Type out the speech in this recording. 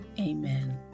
Amen